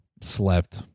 slept